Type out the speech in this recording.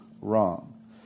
wrong